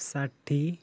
साठी